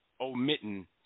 omitting